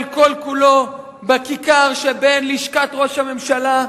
כל-כולו בכיכר שבין לשכת ראש הממשלה לרוממה,